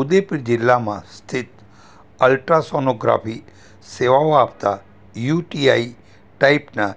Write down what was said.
ઉદયપુર જિલ્લામાં સ્થિત અલ્ટ્રાસોનોગ્રાફી સેવાઓ આપતાં યુટીઆઈ ટાઈપનાં